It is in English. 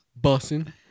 Bussin